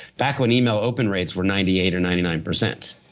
back when email open rates were ninety eight and ninety nine percent.